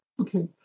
okay